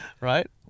right